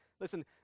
Listen